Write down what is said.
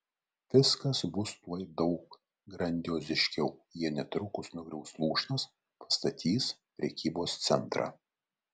viskas bus tuoj daug grandioziškiau jie netrukus nugriaus lūšnas pastatys prekybos centrą